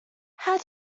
how